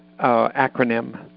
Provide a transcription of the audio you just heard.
acronym